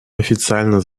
официально